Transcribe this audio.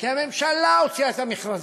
כי הממשלה הוציאה את המכרזים,